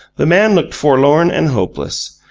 the man looked forlorn and hopeless,